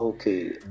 Okay